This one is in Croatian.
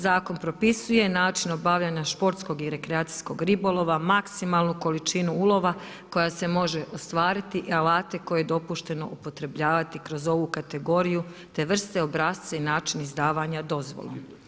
Zakon propisuje način obavljanja športskog i rekreacijskog ribolova, maksimalnu količinu ulova koja se može ostvariti i alate koje je dopušteno upotrebljavati kroz ovu kategoriju, te vrte obrasce i način izdavanja dozvolom.